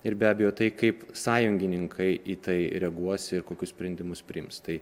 ir be abejo tai kaip sąjungininkai į tai reaguos ir kokius sprendimus priims tai